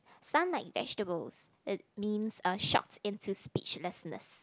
sung like vegetables it means a shocks into speechlessness